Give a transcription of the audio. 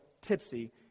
tipsy